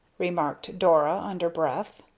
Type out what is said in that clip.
remarked dora, under breath.